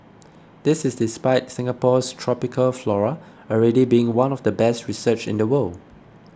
this is despite Singapore's tropical flora already being one of the best researched in the world